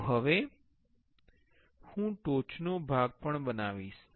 તો હવે હું ટોચનો ભાગ પણ બનાવીશ